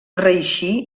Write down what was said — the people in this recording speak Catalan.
reeixí